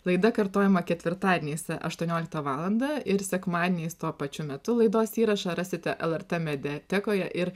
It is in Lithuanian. laida kartojama ketvirtadieniais aštuonioliktą valandą ir sekmadieniais tuo pačiu metu laidos įrašą rasite lrt mediatekoje ir